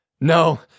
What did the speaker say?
No